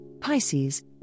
Pisces